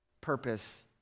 purpose